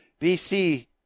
BC